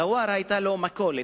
לע'וואר היתה מכולת,